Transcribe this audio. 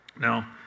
Now